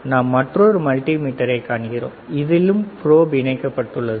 நாம் மற்றொரு மல்டிமீட்டரைக் காண்கிறோம்இதிலும் ப்ரோப் இணைக்கப்பட்டுள்ளது